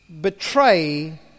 betray